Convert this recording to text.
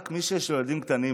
רק מי שיש לו ילדים קטנים,